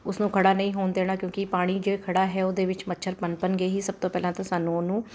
ਉਸ ਨੂੰ ਖੜਾ ਨਹੀਂ ਹੋਣ ਦੇਣਾ ਕਿਉਂਕਿ ਪਾਣੀ ਜੇ ਖੜਾ ਹੈ ਉਹਦੇ ਵਿੱਚ ਮੱਛਰ ਪਣਪਣਗੇ ਹੀ ਸਭ ਤੋਂ ਪਹਿਲਾਂ ਤਾਂ ਸਾਨੂੰ ਉਹਨੂੰ